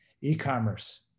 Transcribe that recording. e-commerce